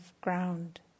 ground